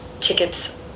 Tickets